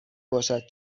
باشد